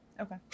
okay